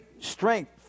Strength